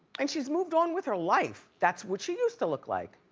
and she's moved on with her life. that's what she used to look like.